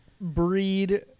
breed